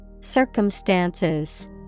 Circumstances